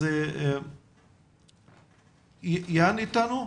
יאן איתנו.